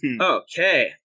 Okay